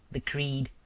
the creed,